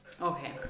Okay